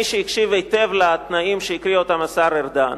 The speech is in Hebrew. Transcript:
לכן, מי שהקשיב היטב לתנאים שהקריא השר ארדן,